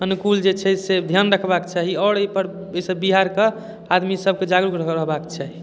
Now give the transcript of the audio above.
अनुकूल जे छै से ध्यान रखबाक चाही आओर अइपर अइसँ बिहारके आदमी सबके जागरूक रहबाक चाही